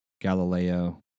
Galileo